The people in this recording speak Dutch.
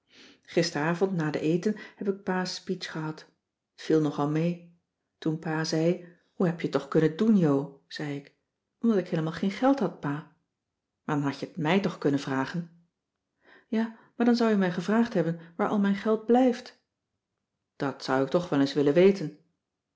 gisteravond na den eten heb ik pa's speech gehad t viel nogal mee toen pa zei hoe heb je het toch cissy van marxveldt de h b s tijd van joop ter heul kunnen doen jo zei ik omdat ik heelemaal geen geld had pa maar dan had je het mij toch kunnen vragen ja maar dan zou u mij gevraagd hebben waar al mijn geld blijft dat zou ik toch wel eens willen weten